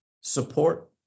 support